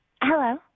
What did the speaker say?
hello